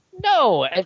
No